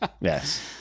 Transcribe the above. Yes